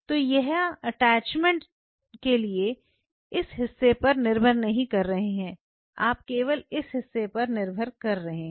तो यहां अटैचमेंट के लिए इस हिस्से पर निर्भर नहीं कर रहे हैं आप केवल इस हिस्से पर निर्भर करते हैं